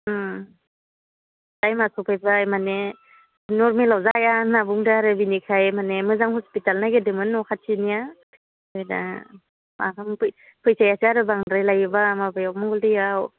टाइमआ सफैबाय माने नरमेलाव जाया होनना बुंदो आरो बिनिखायनो माने मोजां मोजां हस्पिटाल नागिरदोमोन न' खाथिनिया ओमफ्राय दा मा खामो फैसाया फैसायासो आरो बांद्राय लायोब्ला माबा मंगलदैयाव